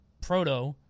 Proto